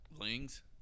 Lings